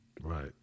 Right